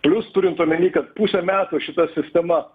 plius turint omeny kad pusę metų šita sistema